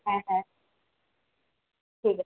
হ্যাঁ হ্যাঁ ঠিক আছে